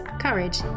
courage